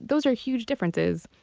those are huge differences.